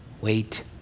wait